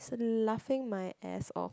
laughing my ass off